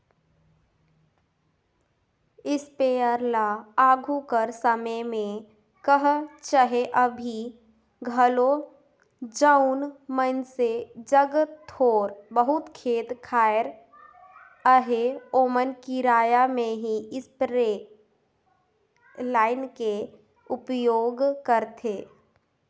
sprayer ल आघु कर समे में कह चहे अभीं घलो जउन मइनसे जग थोर बहुत खेत खाएर अहे ओमन किराया में ही इस्परे लाएन के उपयोग करथे